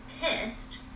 pissed